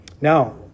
Now